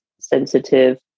sensitive